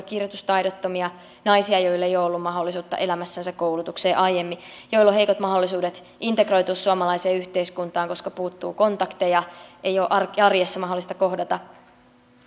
kirjoitustaidottomia naisia joilla ei ole ollut mahdollisuutta elämässänsä koulutukseen aiemmin joilla on heikot mahdollisuudet integroitua suomalaiseen yhteiskuntaan koska puuttuu kontakteja ei ole arjessa mahdollista kohdata